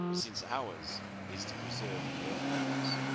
since ours is to preserve earth-worms.